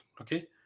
Okay